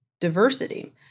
diversity